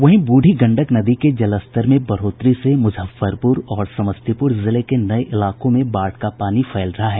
वहीं ब्रूढ़ी गंडक नदी के जलस्तर में बढ़ोतरी से मुजफ्फरपुर और समस्तीपुर जिले के नये इलाकों में बाढ़ का पानी फैल रहा है